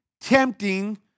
tempting